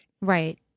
Right